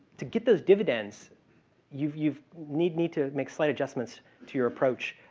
to get those dividends you've you've need me to make slight adjustments to your approach.